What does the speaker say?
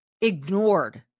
ignored